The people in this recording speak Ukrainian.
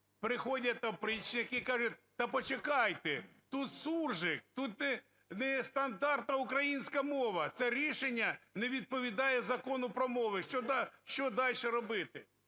приходять опричники і кажуть: "Та почекайте, тут суржик, тут нестандартна українська мова. Це рішення не відповідає Закону про мови". Що дальше робити?